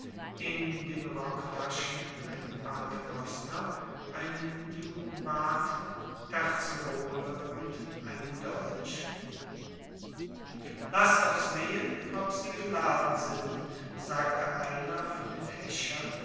in den rocktaschen ein paternoster einen judenbart terzerole und einen dolch laß doch sehen ob sie geladen sind sagte einer von den häschern